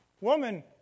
Woman